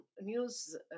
news